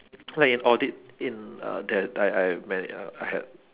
like in audit in uh that I I when I had